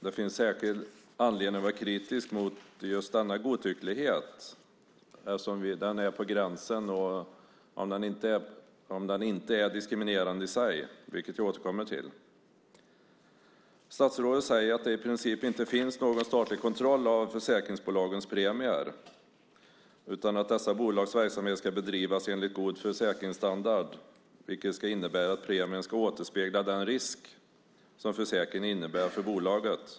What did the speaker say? Det finns särskild anledning att vara kritisk mot denna godtycklighet eftersom den är på gränsen till diskriminerande, vilket jag återkommer till. Statsrådet säger att det i princip inte finns någon statlig kontroll av försäkringsbolagens premier utan att dessa bolags verksamhet ska bedrivas enligt god försäkringsstandard, vilket ska innebära att premien ska återspegla den risk som försäkringen innebär för bolaget.